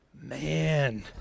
Man